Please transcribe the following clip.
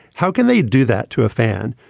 how can they do that to a fan?